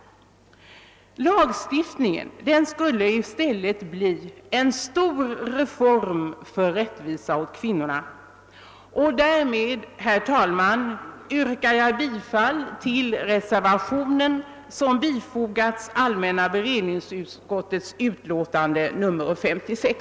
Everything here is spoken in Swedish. Lagstiftningen skulle i stället bli en stor reform för rättvisa åt kvinnorna. Därmed, herr talman, yrkar jag bifall till den reservation som fogats till allmänna beredningsutskottets utlåtande nr 56.